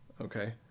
okay